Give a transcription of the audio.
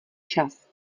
čas